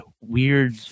weird